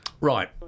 Right